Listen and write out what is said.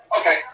okay